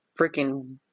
freaking